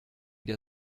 der